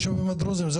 מה